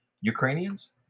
Ukrainians